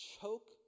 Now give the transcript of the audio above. Choke